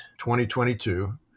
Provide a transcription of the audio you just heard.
2022